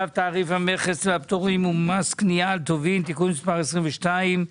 על סדר היום צו תעריף המכס והפטורים ומס קנייה על טובין (תיקון מס' 22),